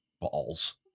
balls